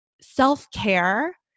self-care